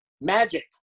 Magic